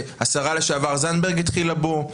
שהשרה לשעבר זנדברג התחילה בו.